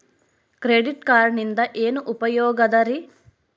Credit ಕಾರ್ಡಿನಿಂದ ಏನು ಉಪಯೋಗದರಿ?